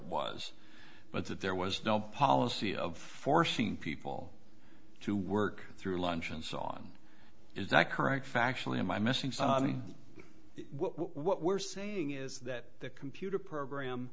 was but that there was no policy of forcing people to work through lunch and so on is that correct factually am i missing something what we're saying is that the computer program